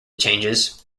changes